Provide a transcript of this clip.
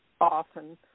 often